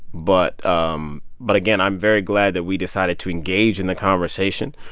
but um but, again, i'm very glad that we decided to engage in the conversation.